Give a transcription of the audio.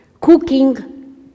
cooking